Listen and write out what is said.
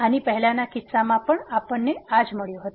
આની પહેલાના કિસ્સામાં પણ આપણને મળ્યું હતું b f a a f bb a